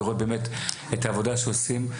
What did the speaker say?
לראות באמת את העבודה שעושים.